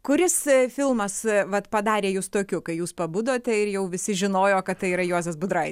kuris filmas vat padarė jus tokiu kai jūs pabudote ir jau visi žinojo kad tai yra juozas budrai